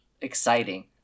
exciting